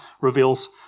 reveals